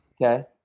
Okay